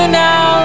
now